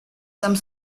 some